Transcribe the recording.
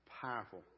powerful